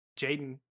Jaden